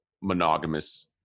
monogamous